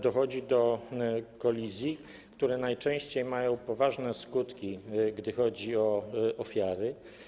Dochodzi tam do kolizji, które najczęściej mają poważne skutki, jeśli chodzi o ofiary.